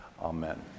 amen